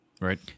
Right